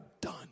done